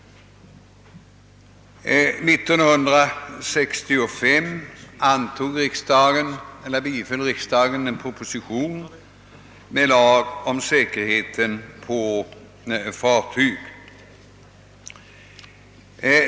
1965 biföll riksdagen en proposition(med förslag till lag om säkerheten på fartyg.